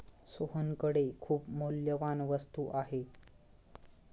सोहनकडे खूप मौल्यवान वस्तू आहे